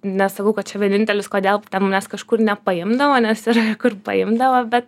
nesakau kad čia vienintelis kodėl manęs kažkur nepaimdavo nes ir kur paimdavo bet